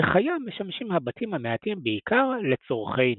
וכיום משמשים הבתים המעטים בעיקר לצורכי נופש.